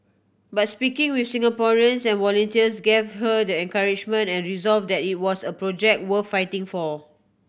but speaking with Singaporeans and volunteers gave her the encouragement and resolve that it was a project worth fighting for